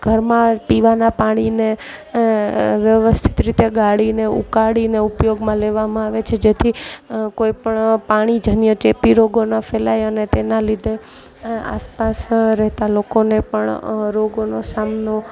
ઘરમાં પીવાના પાણીને વ્યવસ્થિત રીતે ગાળીને ઉકાળીને ઉપયોગમાં લેવામાં આવે છે જેથી કોઈપણ પાણીજન્ય ચેપી રોગો ન ફેલાય અને તેના લીધે આસપાસ રહેતા લોકોને પણ રોગોનો સામનો